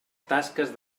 tasques